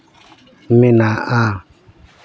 ᱢᱮᱱᱟᱜᱼᱟ